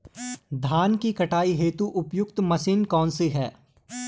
धान की कटाई हेतु उपयुक्त मशीन कौनसी है?